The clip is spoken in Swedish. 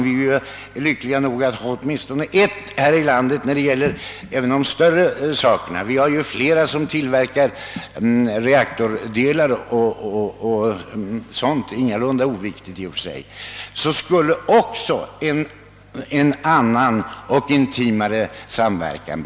Vi är lyckliga nog att ha åtminstone ett företag här i landet som tillverkar de större sakerna, medan vi har flera företag som tillverkar reaktordelar och andra i och för sig ingalunda oviktiga detaljer.